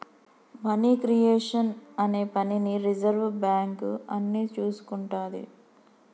money creation అనే పనిని reserve bank అని చూసుకుంటాది